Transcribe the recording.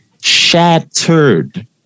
shattered